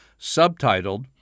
subtitled